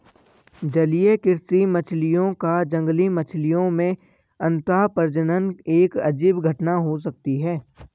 जलीय कृषि मछलियों का जंगली मछलियों में अंतःप्रजनन एक अजीब घटना हो सकती है